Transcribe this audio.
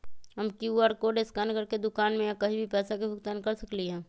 हम QR code scan करके दुकान में या कहीं भी पैसा के भुगतान कर सकली ह?